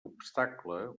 obstacle